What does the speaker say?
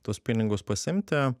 tuos pinigus pasiimti